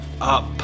up